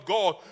God